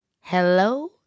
Hello